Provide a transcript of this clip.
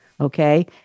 Okay